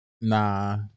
Nah